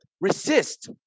resist